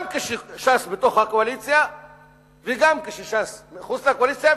גם כשש"ס בתוך הקואליציה וגם כשש"ס מחוץ לקואליציה,